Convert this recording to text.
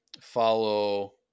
follow